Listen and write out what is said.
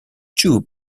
two